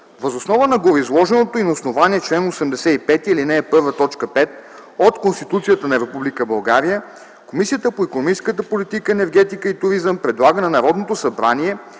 Въз основа на гореизложеното и на основание чл. 85, ал. 1, т. 5 от Конституцията на Република България Комисията по икономическата политика, енергетика и туризъм предлага на Народното събрание